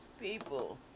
people